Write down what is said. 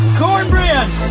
cornbread